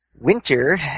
winter